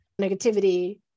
negativity